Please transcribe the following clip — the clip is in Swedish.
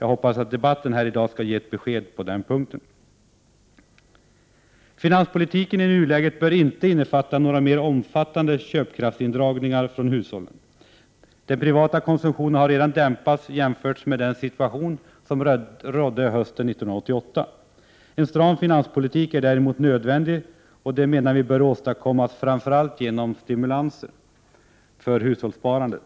Jag hoppas att debatten här i dag skall ge ett besked på den punkten. Finanspolitiken i nuläget bör inte innefatta några mer omfattande köpkraftsindragningar från hushållen. Den privata konsumtionen har redan dämpats jämfört med den situation som rådde hösten 1988. En stram finanspolitik är däremot nödvändig och bör åstadkommas framför allt genom stimulanser för hushållssparandet.